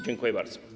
Dziękuję bardzo.